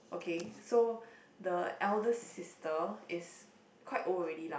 okay so the eldest sister quite old already lah